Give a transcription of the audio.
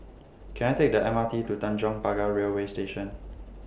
Can I Take The M R T to Tanjong Pagar Railway Station